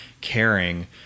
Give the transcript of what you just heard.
caring